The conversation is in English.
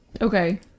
Okay